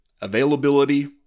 availability